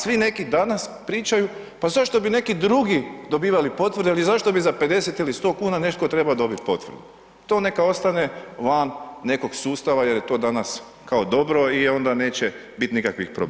A svi neki danas pričaju pa zašto bi neki drugi dobivali potvrde ili zašto bi za 50 ili 100 kuna neko trebao dobit potvrdu, to neka ostane van nekog sustava jer je to danas kao dobro i onda neće bit nikakvih problema.